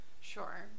Sure